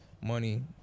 money